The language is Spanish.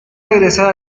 regresar